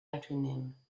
afternoon